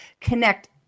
connect